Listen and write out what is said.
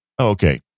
Okay